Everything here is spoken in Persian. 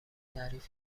تعریف